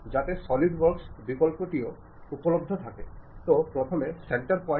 അത് ഓർഗനൈസേഷനിൽ ആശയവിനിമയ പ്രവാഹത്തിന്റെ ആന്തരികം മുകളിലേക്കോ താഴേക്കോ സമാന്തരമോ ആയിരിക്കാം